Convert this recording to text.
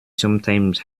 sometimes